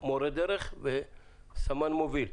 מורה דרך וסמן מוביל.